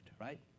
right